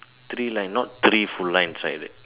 three line not three full lines right